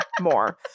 more